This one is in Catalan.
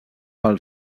pel